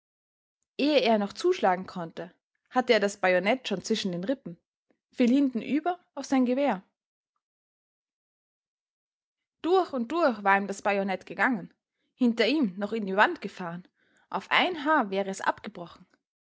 ehe er noch zuschlagen konnte hatte er das bajonett schon zwischen den rippen fiel hintenüber auf sein gewehr durch und durch war ihm das bajonett gegangen hinter ihm noch in die wand gefahren auf ein haar wäre es abgebrochen